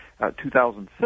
2006